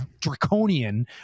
draconian